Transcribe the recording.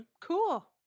Cool